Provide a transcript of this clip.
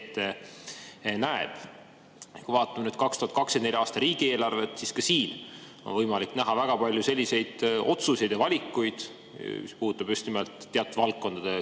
ette näeb. Kui vaatame nüüd 2024. aasta riigieelarvet, siis ka siin on võimalik näha väga palju otsuseid ja valikuid, mis puudutavad just nimelt teatud valdkondade